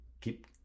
keep